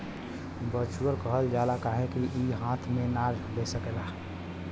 virtual कहल जाला काहे कि ई हाथ मे ना ले सकेला